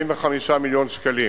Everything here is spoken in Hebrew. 45 מיליון שקלים,